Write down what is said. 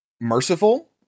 merciful